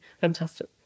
fantastic